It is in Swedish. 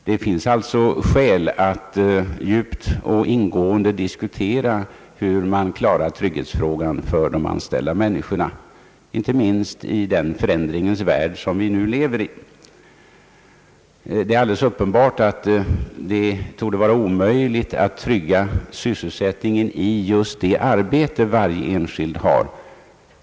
Det finns alltså skäl att ingående diskutera hur man klarar trygghetsfrågan för de anställda, inte minst i den förändringens värld som vi nu lever i. Det torde vara omöjligt att trygga sysselsättningen i just det arbete varje enskild har.